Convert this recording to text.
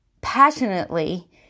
passionately